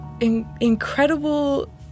incredible